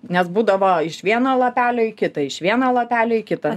nes būdavo iš vieno lapelio į kitą iš vieno lapelio į kitą